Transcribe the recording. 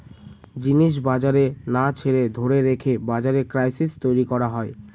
জিনিস বাজারে না ছেড়ে ধরে রেখে বাজারে ক্রাইসিস তৈরী করা হয়